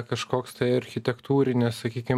kažkoks tai architektūrinis sakykim